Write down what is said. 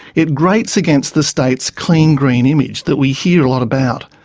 it grates against the state's clean, green image that we hear a lot about.